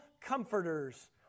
comforters